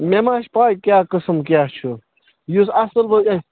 مےٚ ما چھُ پےَ کیٛاہ قٕسم کیٛاہ چھُ یُس اَصٕل وۅنۍ گَژھِ